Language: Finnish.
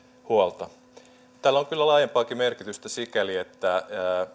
huolta tällä on kyllä laajempaakin merkitystä sikäli että